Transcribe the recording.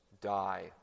die